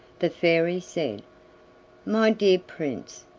the fairy said my dear prince,